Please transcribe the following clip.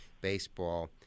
baseball